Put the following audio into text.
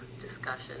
discussion